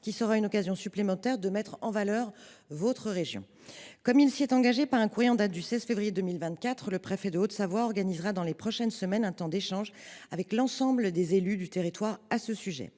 qui sera une occasion supplémentaire de mettre en valeur votre région. Comme il s’y est engagé par un courrier en date du 16 février 2024, le préfet de Haute Savoie organisera dans les prochaines semaines une réunion avec l’ensemble des élus du territoire à ce sujet.